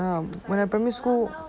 when a primary school